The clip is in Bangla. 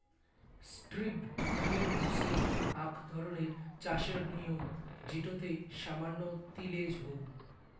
স্ট্রিপ ড্রিল হসে আক ধরণের চাষের নিয়ম যেটোতে সামান্য তিলেজ হউ